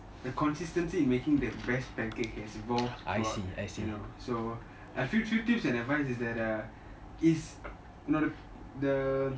the consistency in making the best pancake has evolved throughout so a few tips tips and advice is err the